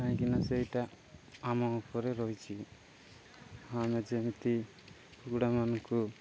କାହିଁକି ନା ସେଇଟା ଆମ ଉପରେ ରହିଛିି ଆମେ ଯେମିତି କୁକୁଡ଼ା ମାନଙ୍କୁ